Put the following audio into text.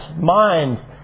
mind